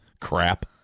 crap